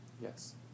Yes